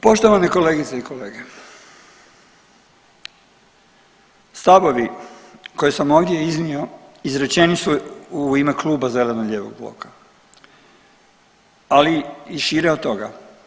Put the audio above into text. Poštovane kolegice i kolege, stavovi koje sam ovdje iznio izrečeni su u ime kluba zeleno-lijevog bloka ali i šire od toga.